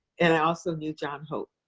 and i also knew john hope,